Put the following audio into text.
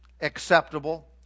acceptable